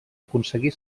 aconseguir